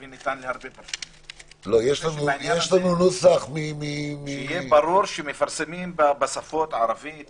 שיהיה ברור שמפרסמים בשפות ערבית